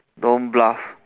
don't bluff